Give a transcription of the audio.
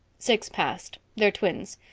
six past. they're twins.